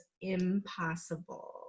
impossible